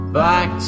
back